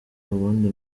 ubundi